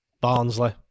Barnsley